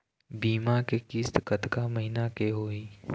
बीमा के किस्त कतका महीना के होही?